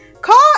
call